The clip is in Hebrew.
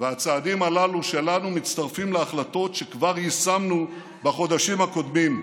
והצעדים הללו שלנו מצטרפים להחלטות שכבר יישמנו בחודשים הקודמים: